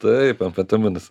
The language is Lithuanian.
taip amfetaminas